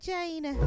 Jane